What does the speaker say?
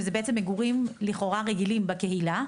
שזה מגורים לכאורה רגילים בקהילה,